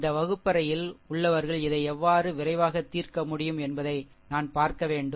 இந்த வகுப்பறையில் உள்ளவர்கள் இதை எவ்வாறு விரைவாக தீர்க்க முடியும் என்பதை நான் பார்க்க வேண்டும்